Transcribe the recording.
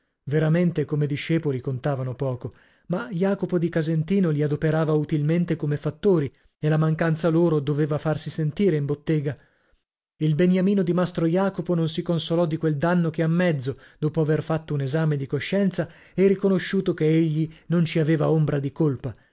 veramente come discepoli contavano poco ma jacopo dì casentino li adoperava utilmente come fattori e la mancanza loro doveva farsi sentire in bottega il beniamino di mastro jacopo non si consolò di quel danno che a mezzo dopo aver fatto un esame di coscienza e riconosciuto che egli non ci aveva ombra di colpa